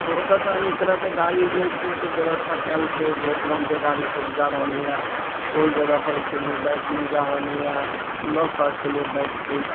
तऽ ओतय तऽ अनेक तरहके गाड़ी जे छै से व्यवस्था कयल छै बहुत रङ्गके गाड़ी सब जा रहलइ अइ ओहि जगहपर छै जे बाइक नहि जा रहलइ अइ लग पासके लिये बाइक छै